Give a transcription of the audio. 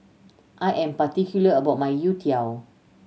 I am particular about my Youtiao